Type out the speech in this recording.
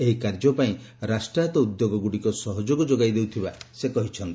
ଏହି କାର୍ଯ୍ୟ ପାଇଁ ରାଷ୍ଟ୍ରାୟତ୍ତ ଉଦ୍ୟୋଗଗୁଡ଼ିକ ସହଯୋଗ ଯୋଗାଇ ଦେଉଥିବା ସେ କହିଚ୍ଛନ୍ତି